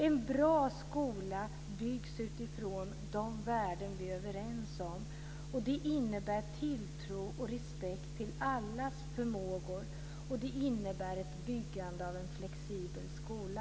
En bra skola byggs utifrån de värden vi är överens om, och det innebär tilltro till och respekt för allas förmågor och ett byggande av en flexibel skola.